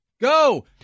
go